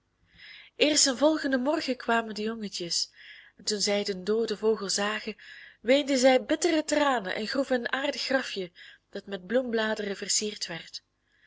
eerst den volgenden morgen kwamen de jongetjes en toen zij den dooden vogel zagen weenden zij bittere tranen en groeven een aardig grafje dat met bloembladeren versierd werd